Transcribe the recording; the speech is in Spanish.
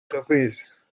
cafés